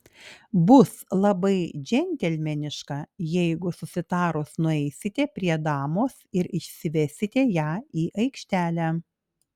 bus labai džentelmeniška jeigu susitarus nueisite prie damos ir išsivesite ją į aikštelę